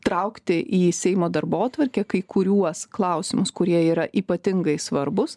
traukti į seimo darbotvarkę kai kuriuos klausimus kurie yra ypatingai svarbūs